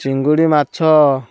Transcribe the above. ଚିଙ୍ଗୁଡ଼ି ମାଛ